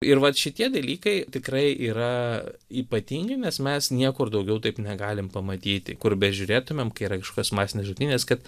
ir vat šitie dalykai tikrai yra ypatingi nes mes niekur daugiau taip negalim pamatyti kur bežiūrėtumėm kai yra kažkokios masinės žudynės kad